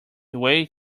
way